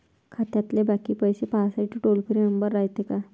खात्यातले बाकी पैसे पाहासाठी टोल फ्री नंबर रायते का?